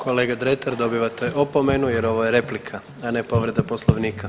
Kolega Dretar, dobivate opomenu jer ovo je replika, a ne povreda Poslovnika.